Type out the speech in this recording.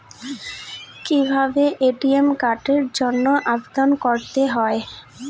কিভাবে এ.টি.এম কার্ডের জন্য আবেদন করতে হয়?